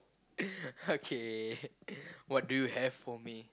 okay what do you have for me